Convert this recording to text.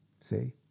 see